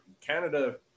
canada